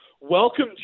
welcome